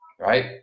right